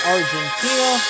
Argentina